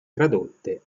tradotte